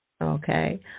Okay